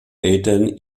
eltern